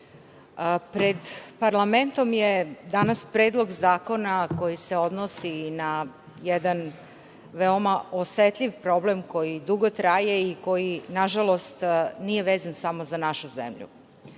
pred parlamentom je danas Predlog zakona koji se odnosi na jedan veoma osetljiv problem koji dugo traje i koji nažalost, nije vezan samo za našu zemlju.